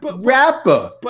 rapper